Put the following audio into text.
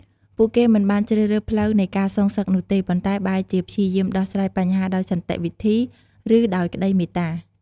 ពួកគេមិនបានជ្រើសរើសផ្លូវនៃការសងសឹកនោះទេ ប៉ុន្តែបែរជាព្យាយាមដោះស្រាយបញ្ហាដោយសន្តិវិធី ឬដោយក្តីមេត្តា។